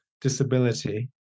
disability